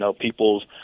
people's